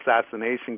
assassination